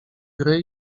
gry